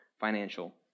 financial